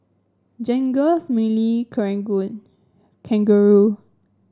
Jergens Mili Kangaroo